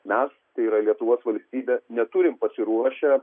mes tai yra lietuvos valstybė neturim pasiruošę